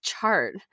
chart